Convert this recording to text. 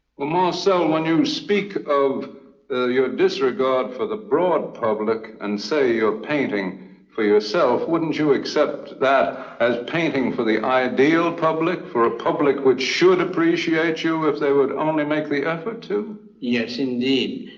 marcel, when you speak of your disregard for the broad public and say you're painting for yourself, wouldn't you accept that as painting for the ideal public, for a public which should appreciate you if they would only make the effort to? yes, indeed.